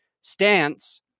stance